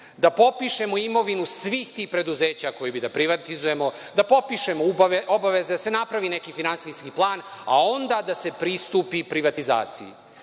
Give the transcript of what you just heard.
da popišemo imovinu svih tih preduzeća koje bi da privatizujemo, da popišemo obaveze, da se napravi neki finansijski plan, a onda da se pristupi privatizaciji,